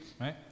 right